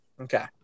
Okay